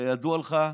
כידוע לך,